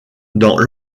dans